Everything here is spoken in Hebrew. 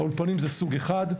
האולפנים זה סוג אחד.